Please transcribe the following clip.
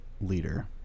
leader